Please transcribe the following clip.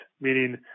meaning